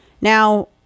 Now